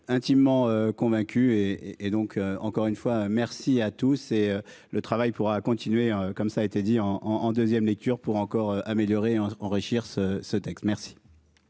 intimement convaincu et et donc encore une fois, merci à tous et le travail pourra continuer comme ça a été dit en en en deuxième lecture pour encore améliorer enrichir ce ce texte merci.